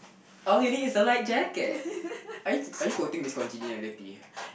all you need is a light jacket are you are you quoting this continuality